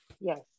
Yes